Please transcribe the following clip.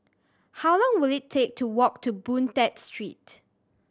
how long will it take to walk to Boon Tat Street